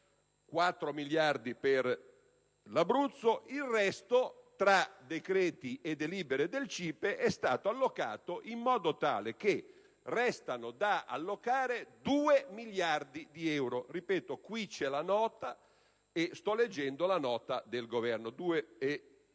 4 miliardi per l'Abruzzo. Il resto, tra decreti e delibere del CIPE, è stato allocato in modo tale che restano da allocare 2 miliardi di euro. Ripeto, sto leggendo la Nota del Governo: si